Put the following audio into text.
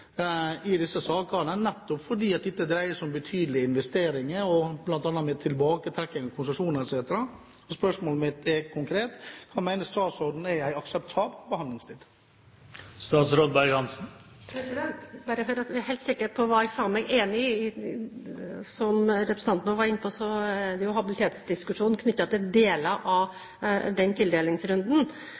I disse sakene dreier det seg om betydelige investeringer og bl.a. tilbaketrekking av konsesjoner. Spørsmålet mitt er konkret: Hva mener statsråden er en akseptabel behandlingstid? Bare for at vi er helt sikre på hva jeg sa meg enig i: Som representanten var inne på, er habilitetsdiskusjonen knyttet til deler av den tildelingsrunden.